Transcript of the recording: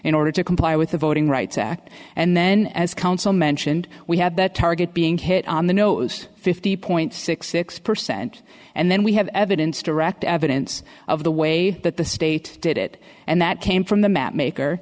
in order to comply with the voting rights act and then as counsel mentioned we have that target being hit on the nose fifty point six six percent and then we have evidence direct evidence of the way that the state did it and that came from the mapmaker